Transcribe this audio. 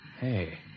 Hey